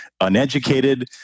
uneducated